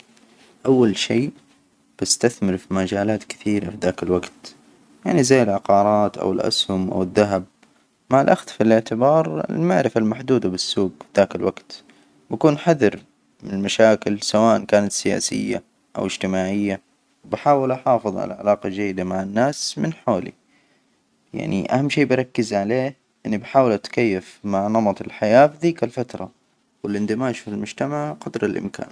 أول شي بستثمر في مجالات كثيرة في ذاك الوجت يعني زي العقارات أو الأسهم أو الذهب مع الأخذ في الإعتبار، المعرفة المحدودة بالسوج فى ذاك الوجت، بكون حذر من المشاكل سواءا كانت سياسية أو اجتماعية، بحاول أحافظ على علاقة جيدة مع الناس من حولي. يعني أهم شي بركز عليه إني بحاول أتكيف مع نمط الحياة في ذيك الفترة والاندماج في المجتمع قدر الإمكان.